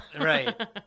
Right